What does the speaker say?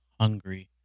hungry